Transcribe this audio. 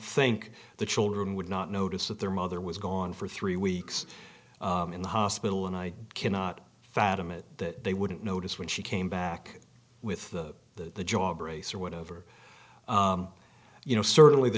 think the children would not notice that their mother was gone for three weeks in the hospital and i cannot fathom it that they wouldn't notice when she came back with the the jaw brace or whatever you know certainly the